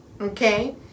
okay